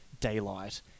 daylight